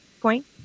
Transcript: point